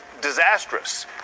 disastrous